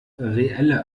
reelle